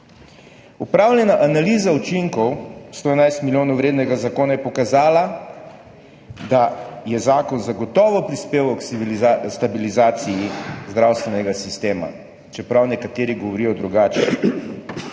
Opravljena analiza učinkov 111 milijonov vrednega zakona je pokazala, da je zakon zagotovo prispeval k stabilizaciji zdravstvenega sistema, čeprav nekateri govorijo drugače.